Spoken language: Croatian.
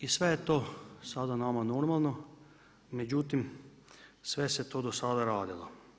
I sve je to sada nama normalno međutim sve se to do sada radilo.